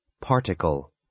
Particle